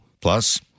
Plus